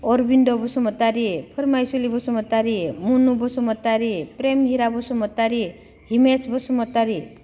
अरबिन्द' बसुमतारि फोरमायसुलि बसुमतारि मुनु बसुमतारि प्रेम हिरा बसुमतारि हिमेस बसुमतारि